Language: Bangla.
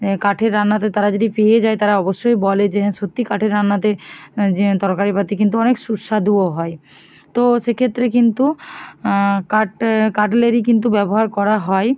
কাঠের রান্নাতে তারা যদি ফিরে যায় তারা অবশ্যই বলে যে হ্যাঁ সত্যি কাঠের রান্নাতে যে তরকারি পাতি কিন্তু অনেক সুস্বাদুও হয় তো সেক্ষেত্রে কিন্তু কাট কাটলারি কিন্তু ব্যবহার করা হয়